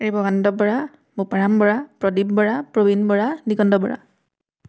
Rebakanta Bora Boparam Bora Pradip Bora Prabin Bora Diganta Bora